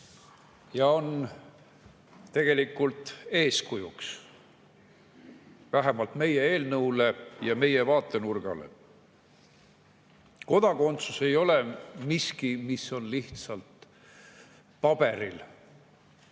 ja on tegelikult eeskujuks vähemalt meie eelnõule ja meie vaatenurgale. Kodakondsus ei ole miski, mis on lihtsalt paberil.